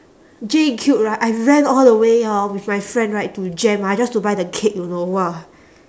J cube right I ran all the way hor with my friend right to jem ah just to buy the cake you know !wah!